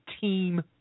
team